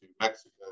Mexico